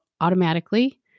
automatically